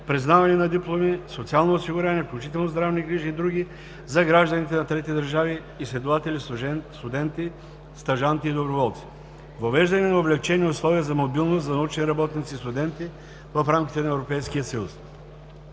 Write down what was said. признаване на дипломи, социално осигуряване, включително здравни грижи и други за гражданите на трети държави – изследователи, студенти, стажанти и доброволци; - въвеждане на облекчени условия за мобилност за научни работници и студенти в рамките на Европейския съюз;